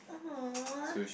!aww!